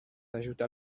ajouta